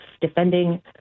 defending